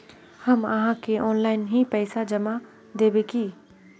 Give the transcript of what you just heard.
हम आहाँ के ऑनलाइन ही पैसा जमा देब की?